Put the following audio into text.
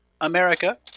America